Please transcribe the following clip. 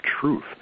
truth